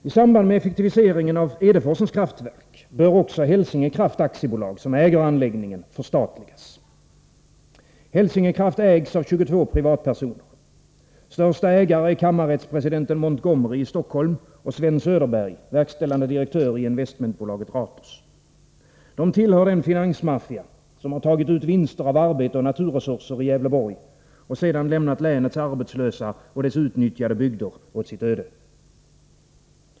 I samband med effektiviseringen av Edeforsens kraftverk bör också Hälsingekraft AB, som äger anläggningen, förstatligas. Hälsingekraft ägs av 22 privatpersoner. Största ägare är kammarrättspresidenten Montgomery i Stockholm och Sven Söderberg, verkställande direktör i investmentbolaget Ratos. De tillhör den finansmaffia som har tagit ut vinster av arbete och naturresurser i Gävleborg och sedan lämnat länets arbetslösa och dess utnyttjade bygder åt sitt öde.